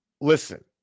listen